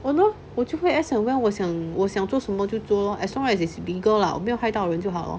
don't know 我就会 as and when 我想我想做什么就做 lor as long as it's legal lah 我没有害到人就好了